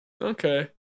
okay